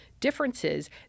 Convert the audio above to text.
differences